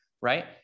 Right